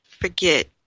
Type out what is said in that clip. forget